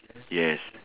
yes